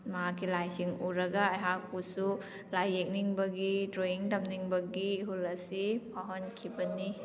ꯃꯍꯥꯛꯀꯤ ꯂꯥꯏꯁꯤꯡ ꯎꯔꯒ ꯑꯩꯍꯥꯛꯄꯨꯁꯨ ꯂꯥꯏ ꯌꯦꯛꯅꯤꯡꯕꯒꯤ ꯗ꯭ꯔꯣꯌꯤꯡ ꯇꯝꯅꯤꯡꯕꯒꯤ ꯏꯍꯨꯜ ꯑꯁꯤ ꯐꯥꯎꯍꯟꯈꯤꯕꯅꯤ